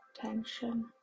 tension